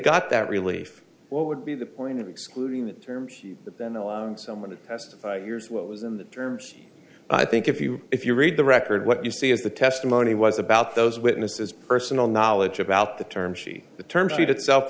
got that relief what would be the point of excluding the terms then allowing someone to test yours what was in the terms i think if you if you read the record what you see is the testimony was about those witnesses personal knowledge about the term sheet the term sheet itself